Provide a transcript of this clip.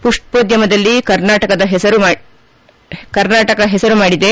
ಪುಷ್ಪೋಧ್ಯಮದಲ್ಲಿ ಕರ್ನಾಟಕ ಹೆಸರು ಮಾಡಿದೆ